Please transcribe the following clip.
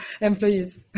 employees